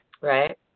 Right